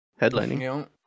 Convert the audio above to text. Headlining